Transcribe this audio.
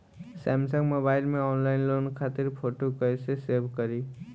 Samsung mobile में online loan खातिर photo कैसे सेभ करीं?